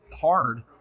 hard